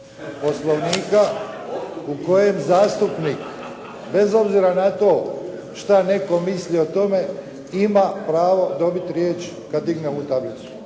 Poslovnika u kojem zastupnik bez obzira na to šta netko misli o tome, ima pravo dobiti riječ kad digne ovu tablicu.